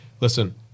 Listen